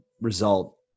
result